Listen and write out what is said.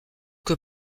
que